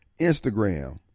Instagram